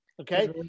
okay